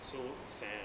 so sad